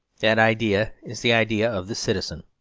that idea is the idea of the citizen.